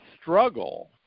struggle